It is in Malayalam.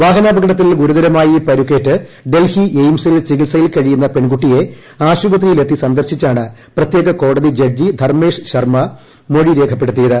വാഹനാപകടത്തിൽ ഗുരുതരമായി പ്പൂരുക്കേറ്റ് ഡൽഹി എയിംസിൽ ചികിത്സയിൽ കഴിയുന്ന പ്പെൺകുട്ടിയെ ആശുപത്രിയിലെത്തി സന്ദർശിച്ചാണ് പ്രത്യേക ക്കോടുതി ജഡ്ജി ധർമേഷ് ശർമ മൊഴി രേഖപ്പെടുത്തിയത്